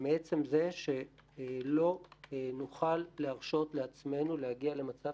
מעצם זה שלא נוכל להרשות לעצמנו להגיע למצב